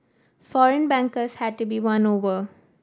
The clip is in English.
foreign bankers had to be won over